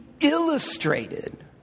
illustrated